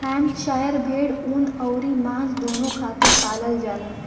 Hampshire भेड़ ऊन अउरी मांस दूनो खातिर पालल जाला